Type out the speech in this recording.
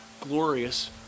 glorious